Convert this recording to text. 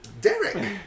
Derek